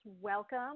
Welcome